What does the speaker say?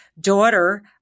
daughter